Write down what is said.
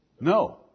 No